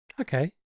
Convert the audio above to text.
Okay